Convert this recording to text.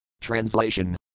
Translation